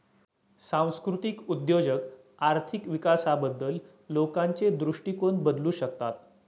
सांस्कृतिक उद्योजक आर्थिक विकासाबद्दल लोकांचे दृष्टिकोन बदलू शकतात